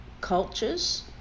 cultures